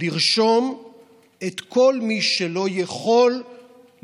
לרשום את כל מי שלא יכול להתחתן.